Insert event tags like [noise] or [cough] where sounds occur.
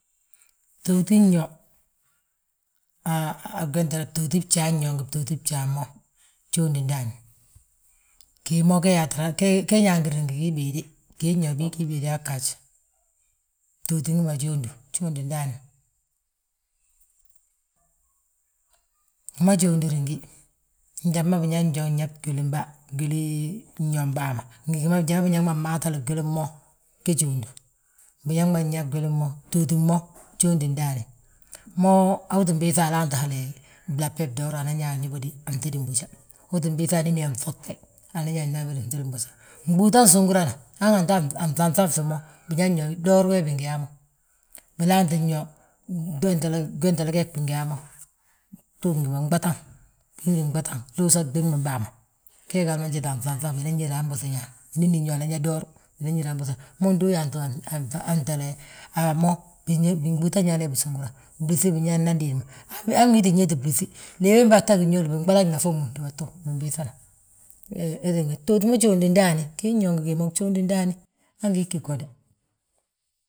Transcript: Tootin yo, btooti bjaan yo, ngi btooti bjaan mo, bjoondi ndaani, gii mo ge nñaangír ngi wii béede, gin yo gii béedaa ggaaj. Btootim bima jóondi, gjóondi ndaani, wima jóondirin gí, njali ma biñaŋn yo nyaa gwilim bàa, gwilin yom bàa ma, ngi njali ma biñaŋ mmatale gilim mo, ge jóondu. Biñaŋ ma nyaa gwili mo, btooti mo, gjóondi ndaani, mo utin biiŧa alaanti hali bŧebdoor, unan yaa nyóbodi a fntédin boja. Utin biiŧa anín yaa nŧobte, anan yaa anlabiri fntédin boja. Gbúuta nsúngurana, hanganti a nŧanŧan fi mo, biñaŋn yo bdoor beebi bingi yaa mo, bilantin yo gwéntele geegi bingi yaa mo, ftuugi ma du nɓatan, we gi nɓatan, luusa udiigmim bàa ma. Gee gi angaade a nfanfan, han buŧi ñaan, binínn yo nan yaa door binan ñire han buŧi uñaa. Mo ndu yaa [hesitation] a mo, gbúuta nyaan bisungura, blúŧi binyaa nnadiin ma, han wii tti wéeti blúŧi. Léeyi ŋata gin yooli, biɓalagna a fommu fdúba tu, binbiiŧana, btooti be jóondi ndaani, giin yo ngi gii mo, gjóodi ndaani, han gii ggí woda.